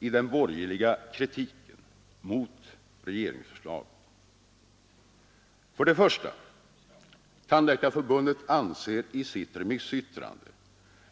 i den borgerliga kritiken mot regeringsförslaget. För det första: Tandläkarförbunder anser i sitt remissyttrande